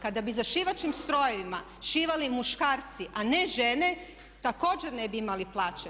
Kada bi za šivaćim strojevima šivali muškarci a ne žene također ne bi imali plaće.